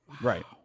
Right